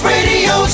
Radio